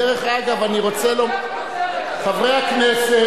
דרך אגב, אני רוצה לומר לכם, כותרת, חברי הכנסת,